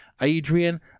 Adrian